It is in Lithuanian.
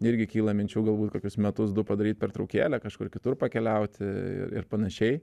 irgi kyla minčių galbūt kokius metus du padaryti pertraukėlę kažkur kitur pakeliauti ir panašiai